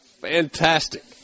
Fantastic